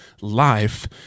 life